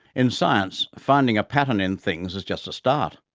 in science, finding a pattern in things is just a start.